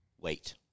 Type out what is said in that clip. wait